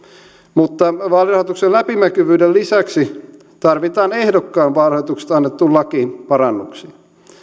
mutta vaalirahoituksen läpinäkyvyyden lisäksi tarvitaan ehdokkaan vaalirahoituksesta annettuun lakiin parannuksia